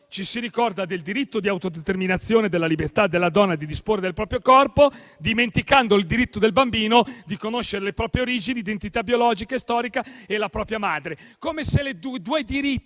ci si ricorda del diritto di autodeterminazione e della libertà della donna di disporre del proprio corpo, dimenticando il diritto del bambino di conoscere le proprie origini, la propria identità biologica e storica e la propria madre.